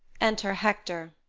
enter hector